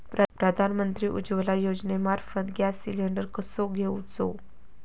प्रधानमंत्री उज्वला योजनेमार्फत gas cylinder कसो घेऊचो?